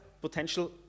potential